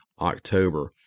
October